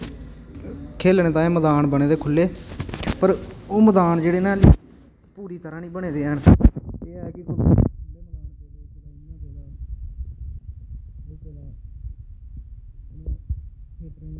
खेलने ताहीं मदान बने दे खुल्ले पर ओ मदान जेह्ड़े न आह्ली पूरी तरह निं बने दे हैन